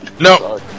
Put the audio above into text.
no